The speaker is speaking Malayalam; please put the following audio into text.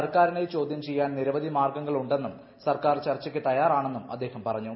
സർക്കാരിനെ ചോദൃം ചെയ്യാൻ നിരവധി മാർഗങ്ങളുണ്ടെന്നും സർക്കാർ ചർച്ചയ്ക്ക് തയ്യാറാണെന്നും അദ്ദേഹം പറഞ്ഞു